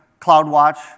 CloudWatch